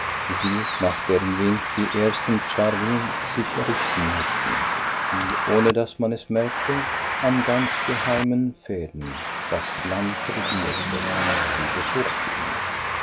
sie nach deren wink die ersten chargen sich richten mußten die ohne daß man es merkte an ganz geheimen fäden das land regierte sie besuchte ihn